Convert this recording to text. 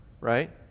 Right